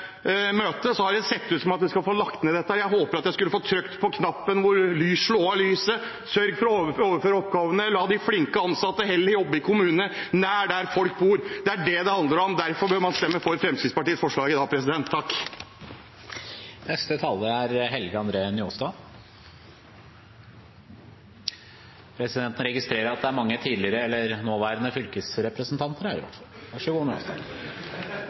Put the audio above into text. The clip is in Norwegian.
har det sett ut som om man skal få lagt det ned. Jeg har håpet jeg skulle få trykke på knappen, slå av lyset, sørge for å overføre oppgavene og la de flinke ansatte heller jobbe i kommunene nær der folk bor. Det er det dette handler om. Derfor bør man stemme for Fremskrittspartiets forslag i dag. Presidenten registrerer at det i hvert fall er mange tidligere eller nåværende fylkesrepresentanter her. Vær så god,